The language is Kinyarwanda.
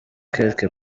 quelque